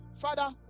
Father